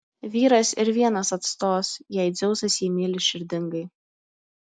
vyras ir vienas atstos jei dzeusas jį myli širdingai